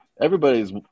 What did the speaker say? Everybody's